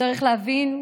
צריך להבין,